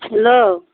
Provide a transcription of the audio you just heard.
hello